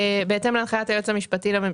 בהתאם להנחיית היועץ המשפטי לממשלה,